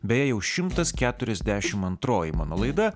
beje jau šimtas keturiasdešim antroji mano laida